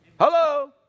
Hello